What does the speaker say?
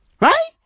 Right